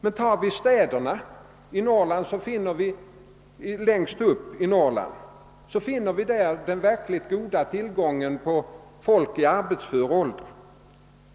Vad beträffar städerna i Norrland, så finner vi längst upp den verkligt goda tillgången på folk i de arbetsföra åldrarna.